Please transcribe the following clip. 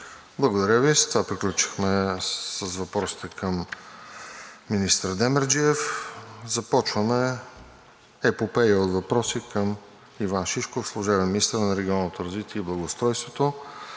Благодаря Ви. С това приключихме с въпросите към министър Демерджиев. Започваме епопеята от въпроси към Иван Шишков – служебен министър на регионалното развитие и благоустройството.